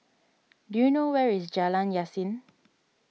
do you know where is Jalan Yasin